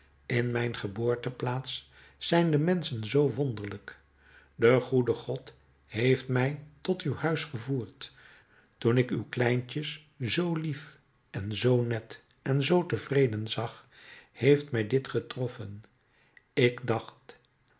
in mijn geboorteplaats zijn de menschen zoo wonderlijk de goede god heeft mij tot uw huis gevoerd toen ik uw kleintjes zoo lief en zoo net en zoo tevreden zag heeft mij dit getroffen ik dacht